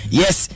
yes